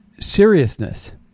seriousness